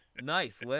nice